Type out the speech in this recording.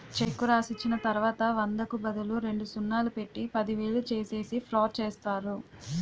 చెక్కు రాసిచ్చిన తర్వాత వందకు బదులు రెండు సున్నాలు పెట్టి పదివేలు చేసేసి ఫ్రాడ్ చేస్తారు